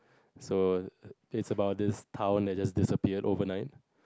so it's about this town that just disappeared overnight